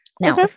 Now